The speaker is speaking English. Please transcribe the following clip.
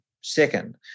second